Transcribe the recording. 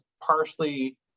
partially